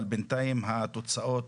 אבל בינתיים התוצאות,